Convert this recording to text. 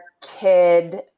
kid